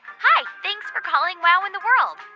hi. thanks for calling wow in the world.